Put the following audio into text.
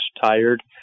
tired